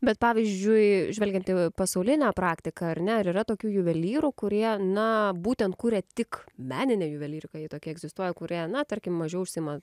bet pavyzdžiui žvelgiant į pasaulinę praktiką ar ne ar yra tokių juvelyrų kurie na būtent kuria tik meninę juvelyriką jei tokia egzistuoja kurie na tarkim mažiau užsiima